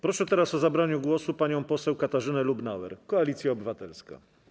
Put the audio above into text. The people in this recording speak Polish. Proszę teraz o zabranie głosu panią poseł Katarzynę Lubnauer, Koalicja Obywatelska.